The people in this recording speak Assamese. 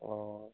অঁ